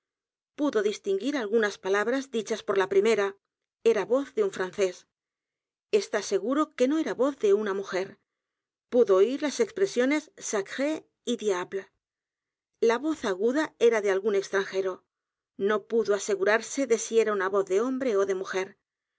pudo distinguir algunas palabras dichas por la p r i m e r a era voz de un francés está seguro que no era voz de una mujer pudo oir las expresiones sacre y diable la voz a g u d a era de algún extranlos crímenes de la calle morgue j e r o no pudo asegurarse de si era una voz de hombre ó de mujer